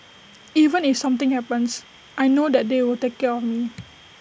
even if something happens I know that they will take care of me